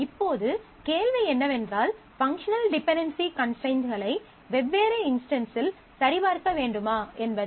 இப்போது கேள்வி என்னவென்றால் பங்க்ஷனல் டிபென்டென்சி கன்ஸ்ட்ரைண்ட்களை வெவ்வேறு இன்ஸ்டன்ஸில் சரிபார்க்க வேண்டுமா என்பதே